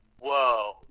whoa